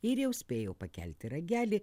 ir jau spėjau pakelti ragelį